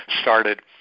Started